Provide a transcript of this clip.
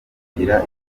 kugira